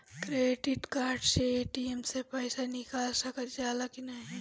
Credit card से ATM से पइसा निकाल सकल जाला की नाहीं?